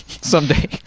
someday